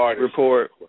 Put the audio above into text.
report